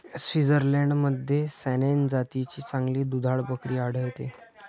स्वित्झर्लंडमध्ये सॅनेन जातीची चांगली दुधाळ बकरी आढळते